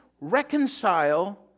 reconcile